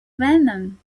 venom